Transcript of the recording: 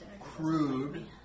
crude